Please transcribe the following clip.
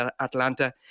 Atlanta